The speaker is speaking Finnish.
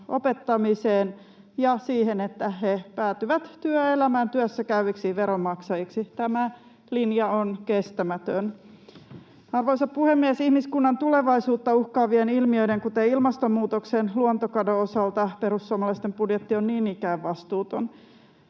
opettamisesta ja siitä, että he päätyvät työelämään työssäkäyviksi veronmaksajiksi. Tämä linja on kestämätön. Arvoisa puhemies! Ihmiskunnan tulevaisuutta uhkaavien ilmiöiden, kuten ilmastonmuutoksen ja luontokadon, osalta perussuomalaisten budjetti on niin ikään vastuuton.